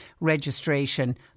registration